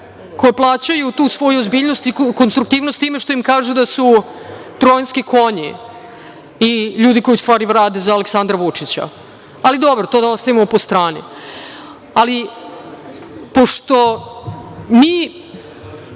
koje plaćaju tu svoju ozbiljnost i konstruktivnost time što im kažu da su trojanski konji i ljudi koji u stvari rade za Aleksandra Vučića, ali dobro, to da ostavimo po strani. Ali, pošto mi